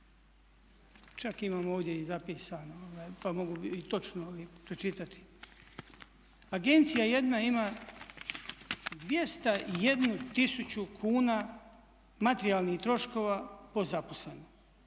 čak imam ovdje i zapisano pa mogu točno pročitati, agencija jedna ima 201 tisuću kuna materijalnih troškova po zaposlenom.